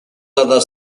dalla